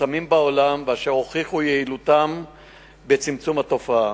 המיושמים בעולם ואשר הוכיחו את יעילותם בצמצום התופעה.